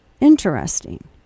Interesting